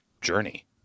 journey